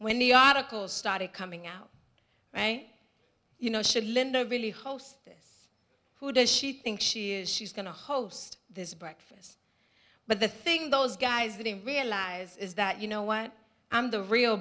when the articles started coming out you know should leno really host this who does she think she is she's going to host this breakfast but the thing those guys didn't realize is that you know what i'm the real